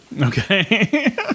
Okay